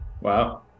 Wow